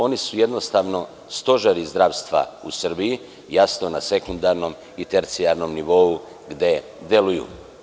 Oni su jednostavno stožeri zdravstva u Srbiji, jasno, na sekundarnom i tercijalnom nivou, gde deluju.